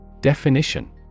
Definition